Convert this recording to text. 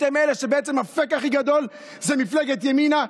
הפייק הכי גדול זה מפלגת ימינה.